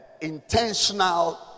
intentional